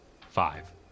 Five